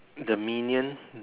the minion